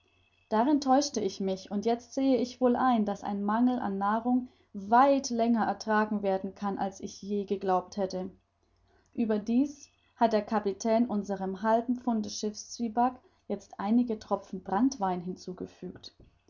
darin täuschte ich mich und ich sehe jetzt wohl ein daß ein mangel an nahrung weit länger ertragen werden kann als ich je geglaubt hätte ueberdies hat der kapitän unserem halben pfunde schiffszwieback jetzt einige tropfen branntwein hinzugefügt